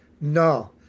No